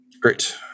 Great